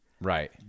Right